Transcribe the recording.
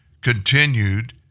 continued